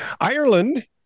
Ireland